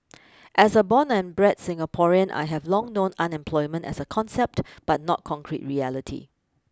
as a born and bred Singaporean I have long known unemployment as a concept but not concrete reality